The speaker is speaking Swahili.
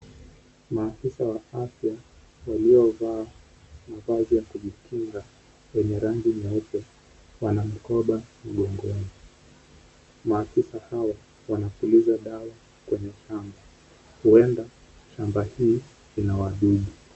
Maafisa wa afya waliovaa mavazi ya kujikinga yenye rangi nyeupe na mikoba mgongoni. Maafisa hawa wanapuliza dawa kwenye shamba, huenda shamba hii ina wadudu.